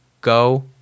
go